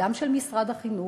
גם של משרד החינוך,